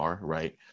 right